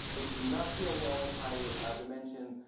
which do not scale well in high dimensions.